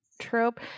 trope